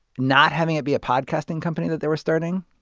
not having it be a podcasting company that they were starting?